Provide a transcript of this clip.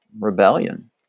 rebellion